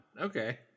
Okay